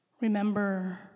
Remember